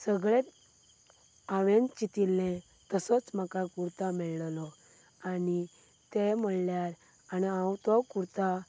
सगळेंच हांवें चितिल्लें तसोच म्हाका कुर्ता मेळिल्लो आनी तें म्हणल्यार आनी हांव तो कुर्ता